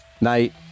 night